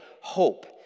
hope